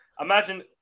Imagine